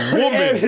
woman